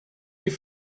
die